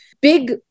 big